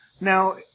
Now